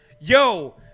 Yo